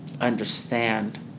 understand